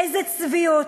איזו צביעות,